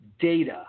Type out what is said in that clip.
data